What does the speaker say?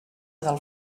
del